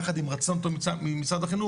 יחד עם רצון טוב ממשרד החינוך,